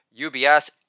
UBS